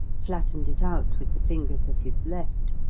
flattened it out with the fingers of his left,